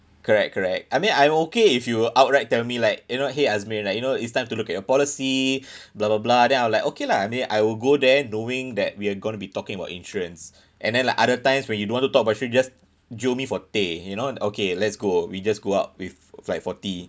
correct correct I mean I'm okay if you outright tell me like you know !hey! azmi like you know it's time to look at your policy blah blah blah then I'm like okay lah then I will go there knowing that we are going to be talking about insurance and then like other times when you don't want to talk about insurance just jio me for teh you know okay let's go we just go out with like for tea